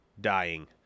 Dying